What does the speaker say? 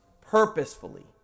purposefully